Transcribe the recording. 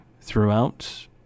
throughout